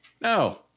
No